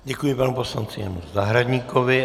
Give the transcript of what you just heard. Děkuji panu poslanci Janu Zahradníkovi.